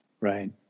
Right